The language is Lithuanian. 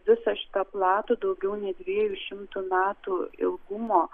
visą šitą platų daugiau nei dviejų šimtų metų ilgumo